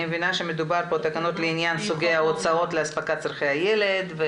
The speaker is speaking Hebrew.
אני מבינה שמדובר פה על תקנות לעניין סוגי ההוצאות להספקת צרכי הילד.